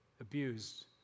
abused